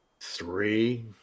Three